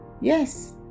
Yes